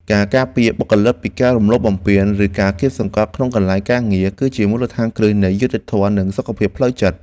ការការពារបុគ្គលិកពីការរំលោភបំពានឬការគាបសង្កត់ក្នុងកន្លែងធ្វើការ គឺជាមូលដ្ឋានគ្រឹះនៃយុត្តិធម៌និងសុខភាពផ្លូវចិត្ត។